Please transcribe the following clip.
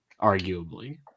arguably